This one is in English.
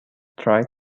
tried